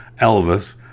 Elvis